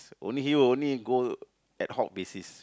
only you only go ad hoc basis